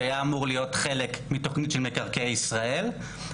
שהיה אמור להיות חלק מתוכנית של מקרקעי ישראל,